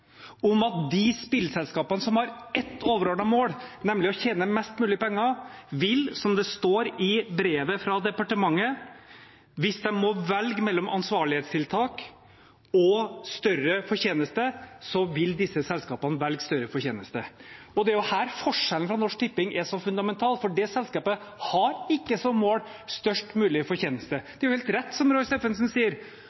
om at hvis de spillselskapene som har ett overordnet mål, nemlig å tjene mest mulig penger, må velge mellom ansvarlighetstiltak og større fortjeneste, så vil disse selskapene velge større fortjeneste – som det står i brevet fra departementet. Det er her forskjellen fra Norsk Tipping er så fundamental, for det selskapet har ikke størst mulig fortjeneste som mål.